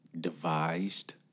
Devised